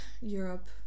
europe